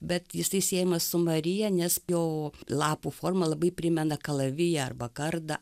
bet jisai siejamas su marija nes jo lapų forma labai primena kalaviją arba kardą